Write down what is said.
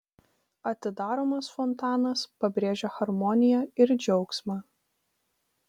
atidaromas fontanas pabrėžia harmoniją ir džiaugsmą